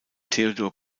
theodor